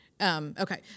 Okay